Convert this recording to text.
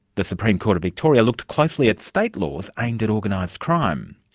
the supreme court of victoria looked closely at state laws aimed at organised crime.